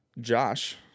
Josh